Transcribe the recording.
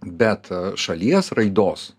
bet šalies raidos